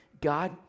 God